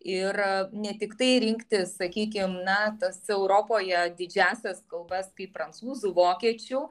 ir ne tiktai rinkti sakykim na tas europoje didžiąsias kalbas kaip prancūzų vokiečių